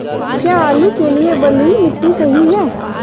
क्या आलू के लिए बलुई मिट्टी सही है?